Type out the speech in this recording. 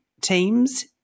teams